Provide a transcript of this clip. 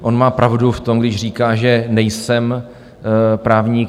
On má pravdu v tom, když říká, že nejsem právník.